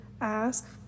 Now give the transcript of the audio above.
ask